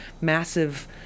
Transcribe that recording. massive